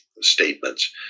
statements